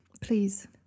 Please